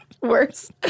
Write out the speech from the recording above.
worse